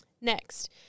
Next